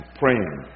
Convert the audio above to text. praying